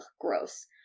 gross